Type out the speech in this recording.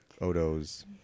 Odo's